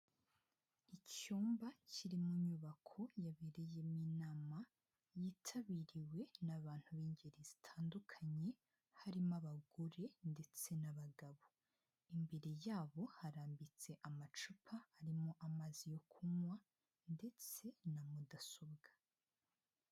Icyumba kiri mu nyubako yabereyemo inama yitabiriwe n'abantu b'ingeri zitandukanye, harimo abagore ndetse n'abagabo. Imbere yabo harambitse amacupa arimo amazi yo kunywa ndetse na mudasobwa.